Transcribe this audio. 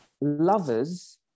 lovers